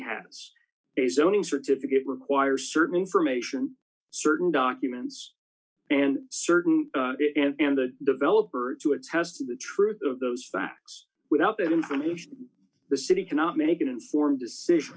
has a zoning certificate require certain information certain documents and certain it and the developer to its house to the truth of those facts without that information the city cannot make an informed decision